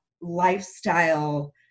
lifestyle